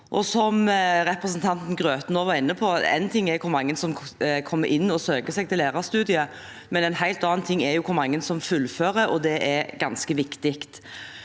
Som representanten Grøthe nå var inne på, én ting er hvor mange som kommer inn og søker seg til lærerstudiet, en helt annen ting er hvor mange som fullfører, og det er ganske viktig.